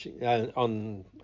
on